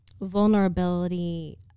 vulnerability